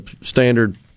standard